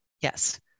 Yes